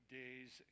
days